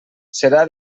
serà